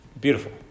Beautiful